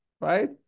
right